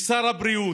משר הבריאות: